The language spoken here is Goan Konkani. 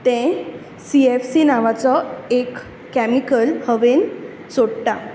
तें सी एफ सी नांवाचो एक केमिकल हवेन सोडटा